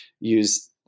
use